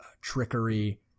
trickery